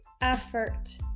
effort